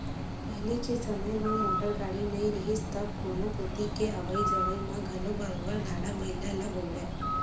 पहिली के समे म मोटर गाड़ी नइ रिहिस तब कोनो कोती के अवई जवई म घलो बरोबर गाड़ा बइला ल बउरय